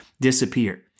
disappear